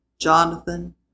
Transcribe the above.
Jonathan